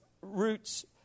roots